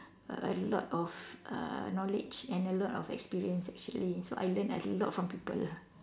a lot of err knowledge and a lot of experience actually so I learn a lot from people lah